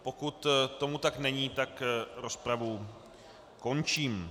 Pokud tomu tak není, rozpravu končím.